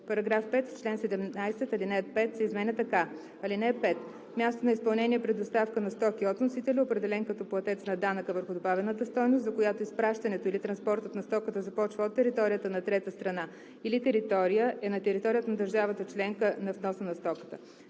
„§ 5. В чл. 17, ал. 5 се изменя така: „(5) Място на изпълнение при доставка на стока от вносителя, определен като платец на данъка върху добавената стойност, за която изпращането или транспортът на стоката започва от територията на трета страна или територия е на територията на държавата членка на вноса на стоката.